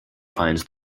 finds